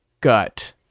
gut